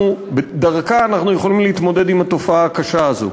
אנחנו יכולים להתמודד עם התופעה הקשה הזאת.